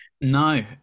no